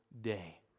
day